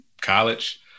college